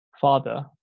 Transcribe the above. father